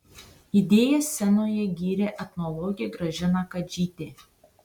idėją scenoje gyrė etnologė gražina kadžytė